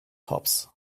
hops